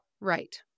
Right